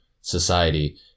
society